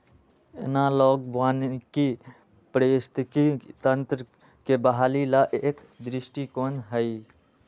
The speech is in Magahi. एनालॉग वानिकी पारिस्थितिकी तंत्र के बहाली ला एक दृष्टिकोण हई